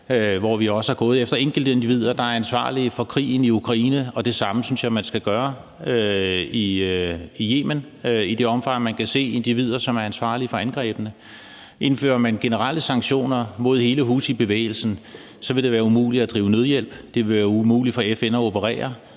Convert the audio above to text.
hvor vi også er gået efter enkeltindivider, der er ansvarlige for krigen i Ukraine. Det samme synes jeg man skal gøre omkring Yemen i det omfang, man kan se individer, som er ansvarlige for angrebene. Indfører man generelle sanktioner mod hele houthibevægelsen, vil det være umuligt at drive nødhjælp; det vil være umuligt for FN at operere,